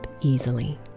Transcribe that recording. easily